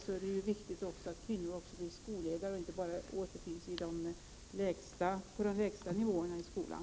Då är det viktigt att kvinnor också blir skolledare och inte bara återfinns på de lägsta nivåerna i skolan.